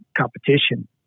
competition